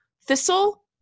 thistle